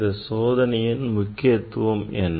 இந்த சோதனையில் முக்கியத்துவம் என்ன